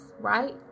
right